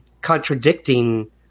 contradicting